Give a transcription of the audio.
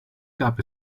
gab